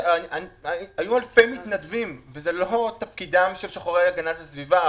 היו אלפי מתנדבים וזה לא תפקידם של שוחרי הגנת הסביבה,